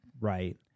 Right